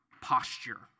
posture